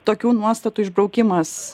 tokių nuostatų išbraukimas